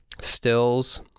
stills